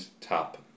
tap